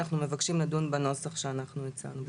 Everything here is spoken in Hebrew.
אנחנו מבקשים לדון בנוסח שאנחנו הצענו בבקשה.